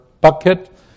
bucket